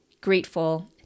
grateful